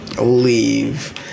leave